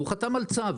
הוא חתם על צו